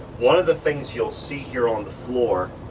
one of the things you'll see here on the floor.